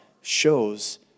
shows